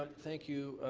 but thank you,